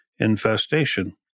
infestation